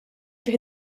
fih